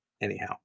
anyhow